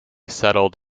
settled